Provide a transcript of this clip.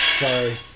Sorry